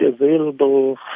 available